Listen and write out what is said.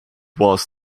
was